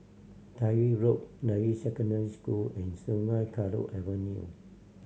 Tyrwhitt Road Deyi Secondary School and Sungei Kadut Avenue